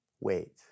wait